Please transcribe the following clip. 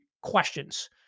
questions